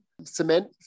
Cement